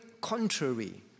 contrary